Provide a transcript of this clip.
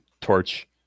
torch